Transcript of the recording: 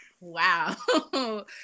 Wow